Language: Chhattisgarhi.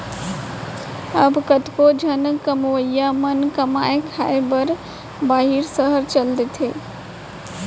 अब कतको झन कमवइया मन कमाए खाए बर बाहिर सहर चल देथे